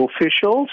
officials